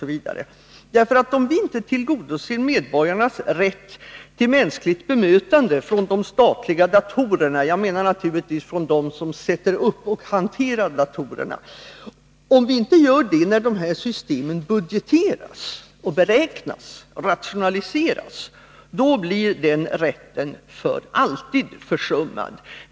Om vi inte tillgodoser medborgarnas rätt till mänskligt bemötande från de statliga datorerna — jag menar naturligtvis från dem som sätter upp och hanterar datorerna — när dessa system budgeteras, beräknas och rationaliseras, då blir den rätten för alltid försummad.